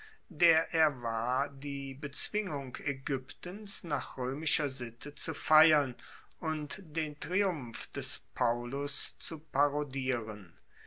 der er war die bezwingung aegyptens nach roemischer sitte zu feiern und den triumph des paullus zu parodieren